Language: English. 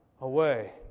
away